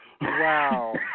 Wow